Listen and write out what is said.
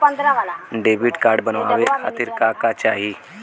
Debit card बनवावे खातिर का का चाही?